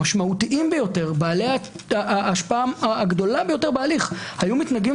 המשמעותיים ביותר ובעלי ההשפעה הגדולה ביותר בהליך היו מתנגדים